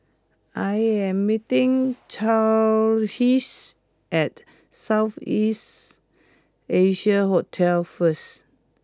I am meeting Charisse at South East Asia Hotel first